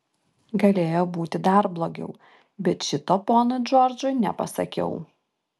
galėjo būti dar blogiau bet šito ponui džordžui nepasakiau